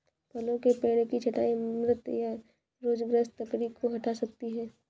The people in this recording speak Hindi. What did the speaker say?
फलों के पेड़ की छंटाई मृत या रोगग्रस्त लकड़ी को हटा सकती है